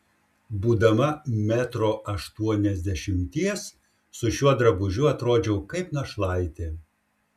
būdama metro aštuoniasdešimties su šiuo drabužiu atrodžiau kaip našlaitė